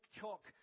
chalk